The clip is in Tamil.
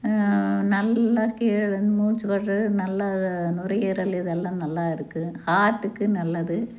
நல்லா கீழிருந்து மூச்சு விடுவது நல்ல நுரையீரல் இதெல்லாம் நல்லாயிருக்கும் ஹார்ட்டுக்கும் நல்லது